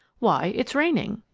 why, it's raining!